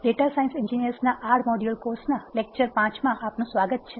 data science એન્જિનિયર્સના R module course ના વ્યાખ્યાન 5 માં આપનું સ્વાગત છે